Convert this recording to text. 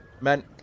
Men